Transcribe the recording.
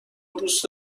دوست